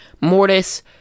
Mortis